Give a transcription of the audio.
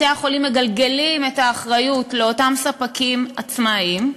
בתי-החולים מגלגלים את האחריות לאותם ספקים עצמאים,